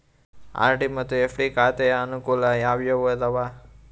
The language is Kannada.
ಆರ್.ಡಿ ಮತ್ತು ಎಫ್.ಡಿ ಖಾತೆಯ ಅನುಕೂಲ ಯಾವುವು ಅದಾವ?